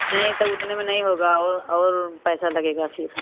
नहीं तब उतने में नहीं होगा और और पैसा लगेगा फिर